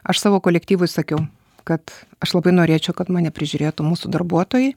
aš savo kolektyvui sakiau kad aš labai norėčiau kad mane prižiūrėtų mūsų darbuotojai